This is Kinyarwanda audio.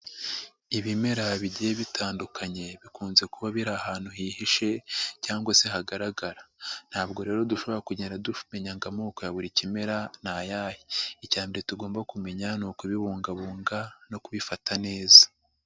Ibimera bigiye bitandukanye bikunze kuba biri ahantu hihishe cyangwa se hagaragara, ntabwo rero dushobora kugenda dumenya ngo amoko ya buri kimera ni ayahe, icya mbere tugomba kumenya n'ukubibunga no kubifata neza.